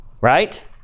right